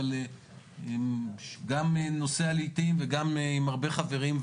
אבל גם נוסע לעיתים וגם עם הרבה חברים.